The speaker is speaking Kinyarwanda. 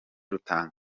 rutanga